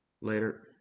Later